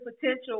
potential